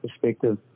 perspective